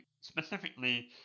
specifically